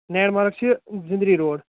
land mark چھُ زِمری road